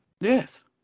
Yes